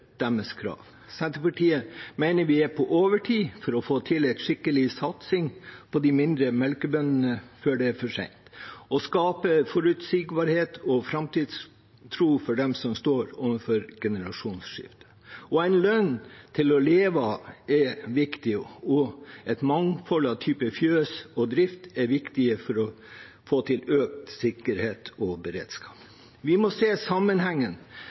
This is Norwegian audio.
deres krav. Senterpartiet mener vi er på overtid for å få til en skikkelig satsing på de mindre melkebøndene før det er for sent, og skape forutsigbarhet og framtidstro for dem som står overfor et generasjonsskifte. En lønn til å leve av er viktig, og et mangfold av type fjøs og drift er viktig for å få til økt sikkerhet og beredskap. Vi må se